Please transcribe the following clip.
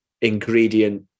ingredient